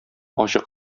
ачык